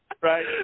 right